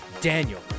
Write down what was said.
Daniel